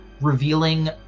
revealing